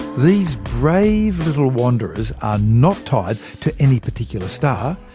these brave little wanderers are not tied to any particular star,